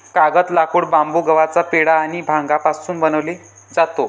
कागद, लाकूड, बांबू, गव्हाचा पेंढा आणि भांगापासून बनवले जातो